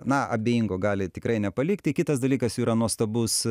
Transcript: na abejingo gali tikrai nepalikti kitas dalykas jų yra nuostabus